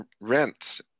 rent